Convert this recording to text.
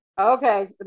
okay